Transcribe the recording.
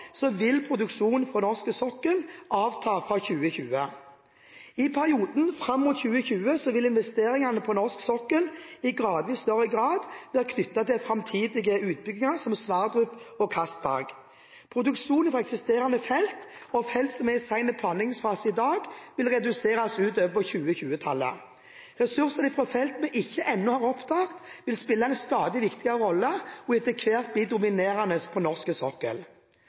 vil produksjonen fra norsk sokkel avta fra 2020. I perioden fram mot 2020 vil investeringene på norsk sokkel etter hvert i større grad være knyttet til framtidige utbygginger, som Sverdrup og Castberg. Produksjonen fra eksisterende felt og felt som er i sen planleggingsfase i dag, vil reduseres utover på 2020-tallet. Ressurser fra felt vi ikke ennå har oppdaget, vil spille en stadig viktigere rolle og etter hvert bli dominerende på norsk sokkel.